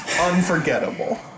Unforgettable